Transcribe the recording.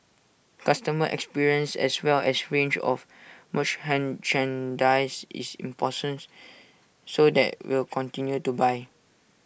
customer experience as well as range of is importance so that will continue to buy